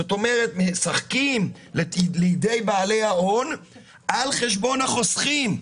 זאת אומרת משחקים לידי בעלי ההון על חשבון החוסכים.